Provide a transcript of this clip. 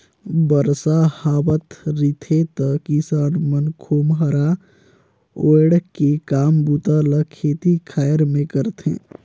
बरसा हावत रिथे त किसान मन खोम्हरा ओएढ़ के काम बूता ल खेती खाएर मे करथे